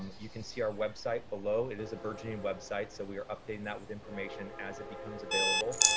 um you can see our website below. it is a burgeoning website so we are updating that with information as it becomes available.